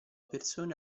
persone